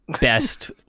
best